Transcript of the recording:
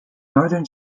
northern